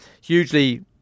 hugely